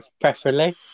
preferably